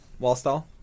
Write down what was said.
Wallstall